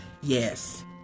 Yes